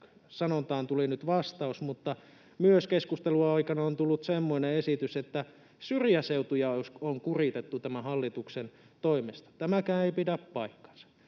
sanontaan tuli nyt vastaus, mutta keskustelun aikana on tullut myös semmoinen esitys, että syrjäseutuja on kuritettu tämän hallituksen toimesta. Tämäkään ei pidä paikkaansa.